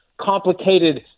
complicated